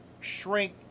shrink